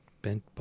Bent